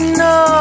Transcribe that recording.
no